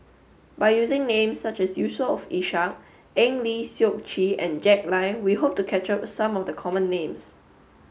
by using names such as Yusof Ishak Eng Lee Seok Chee and Jack Lai we hope to capture some of the common names